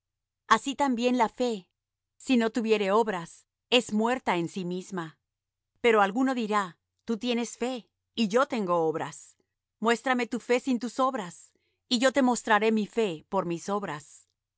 así también la fe si no tuviere obras es muerta en sí misma pero alguno dirá tú tienes fe y yo tengo obras muéstrame tu fe sin tus obras y yo te mostraré mi fe por mis obras